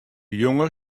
jonge